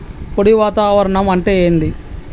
పొడి వాతావరణం అంటే ఏంది?